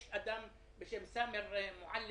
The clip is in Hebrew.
יש אדם בשם סאמר מועלם